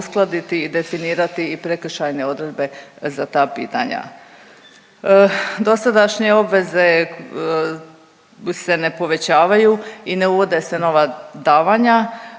uskladiti i definirati i prekršajne odredbe za ta pitanja. Dosadašnje obveze se ne povećavaju i ne uvode se nova davanja,